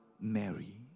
Mary